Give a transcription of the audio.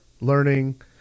learning